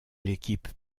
l’équipe